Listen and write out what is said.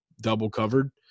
double-covered